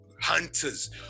hunters